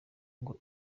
ngo